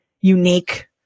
unique